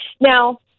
Now